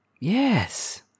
Yes